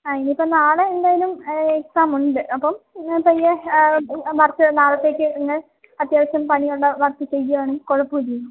ആ ഇനിയിപ്പം നാളെ എന്തായാലും എക്സാമ് ഉണ്ട് അപ്പം പയ്യെ വര്ക്ക് നാളത്തേക്ക് തന്നെ അത്യാവശ്യം പണിയുള്ള വര്ക്ക് ചെയ്യുകയാണെങ്കില് കുഴപ്പം ഇല്ലായിരുന്നു